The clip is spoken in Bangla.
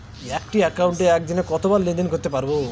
একটি একাউন্টে একদিনে কতবার লেনদেন করতে পারব?